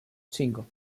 cinco